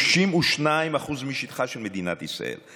62% משטחה של מדינת ישראל,